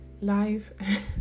live